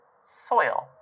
soil